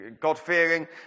God-fearing